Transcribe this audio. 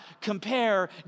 compare